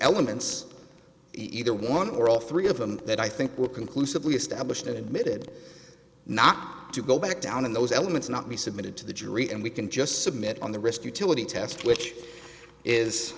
elements either one or all three of them that i think were conclusively established and admitted not to go back down and those elements not be submitted to the jury and we can just submit on the risk utility test which is